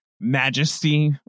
majesty